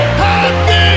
Happy